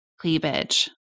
cleavage